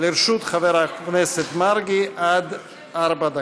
לרשות חבר הכנסת מרגי עד ארבע דקות.